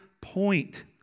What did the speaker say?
point